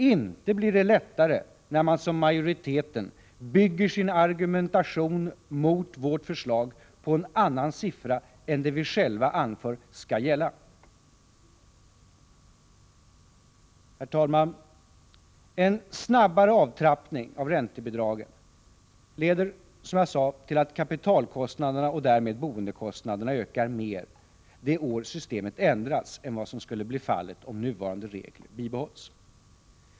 Inte blir det lättare när man som majoriteten bygger sin argumentation mot vårt förslag på en annan siffra än den vi själva anför skall gälla. Herr talman! En snabbare avtrappning av räntebidragen leder, som jag sade, till att kapitalkostnaderna och därmed boendekostnaderna ökar mer det år systemet ändras än vad som blir fallet om nuvarande regler bibehåll.